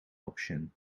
option